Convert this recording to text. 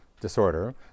disorder